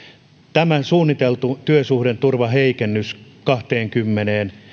tämä suunniteltu työsuhdeturvaheikennys kahdenkymmenen hengen